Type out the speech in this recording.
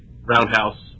roundhouse